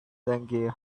tangier